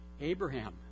Abraham